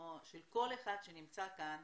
כמו של כל אחד שנמצא כאן,